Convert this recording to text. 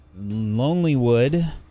Lonelywood